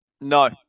No